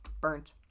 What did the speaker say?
burnt